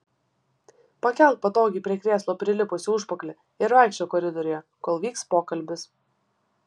pakelk patogiai prie krėslo prilipusį užpakalį ir vaikščiok koridoriuje kol vyks pokalbis